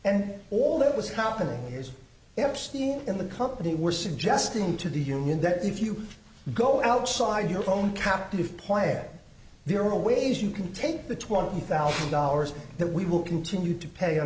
and all that was happening here epstein in the company were suggesting to the union that if you go outside your own captive plant there are ways you can take the twenty thousand dollars that we will continue to pay